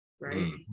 right